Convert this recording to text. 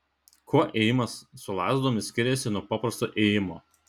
kuo ėjimas su lazdomis skiriasi nuo paprasto ėjimo